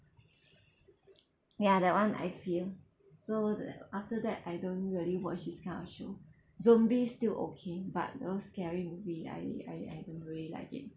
ya that [one] I fear so th~ after that I don't really watch this kind of show zombie still okay but those scary movie I I I don't really like it